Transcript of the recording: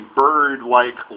bird-like